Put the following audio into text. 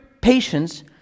patience